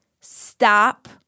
Stop